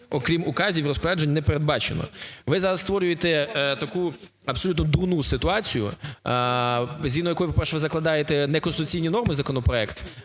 окрім указів, розпоряджень, не передбачено. Ви зараз створюєте таку абсолютно дурну ситуацію згідно якої, по-перше, ви закладаєте неконституційні норми в законопроект,